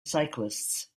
cyclists